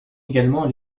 également